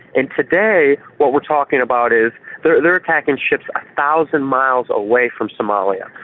and today, what we're talking about is they're they're attacking ships a thousand miles away from somalia,